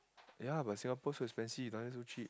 ya but Singapore so expensive down there so cheap